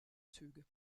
züge